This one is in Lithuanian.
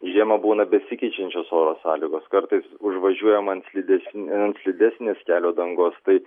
žiemą būna besikeičiančios oro sąlygos kartais užvažiuojam ant slidesn a ant slidesnės kelio dangos tai